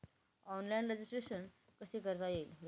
Online registration कसे करता येईल?